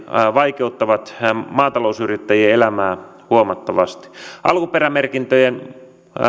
vaikeuttavat maatalousyrittäjien elämää huomattavasti alkuperämerkintöjen